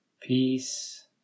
peace